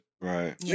Right